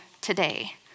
today